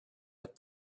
with